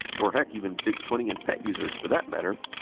or heck even vic twenty and pet users for that matter.